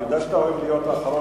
אני יודע שאתה אוהב להיות אחרון,